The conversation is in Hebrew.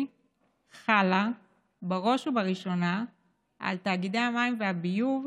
חלה בראש ובראשונה על תאגידי המים והביוב,